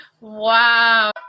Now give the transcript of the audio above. Wow